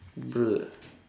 bruh